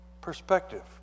perspective